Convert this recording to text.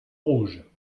rouge